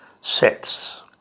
sets